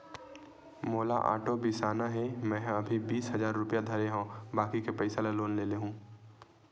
मोला आटो बिसाना हे, मेंहा अभी बीस हजार रूपिया धरे हव बाकी के पइसा ल लोन ले लेहूँ